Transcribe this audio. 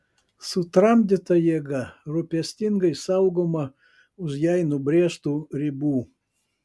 sutramdyta jėga rūpestingai saugoma už jai nubrėžtų ribų